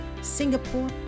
Singapore